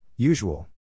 Usual